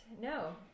no